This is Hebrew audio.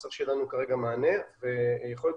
צריך שיהיה לנו כרגע מענה ויכול להיות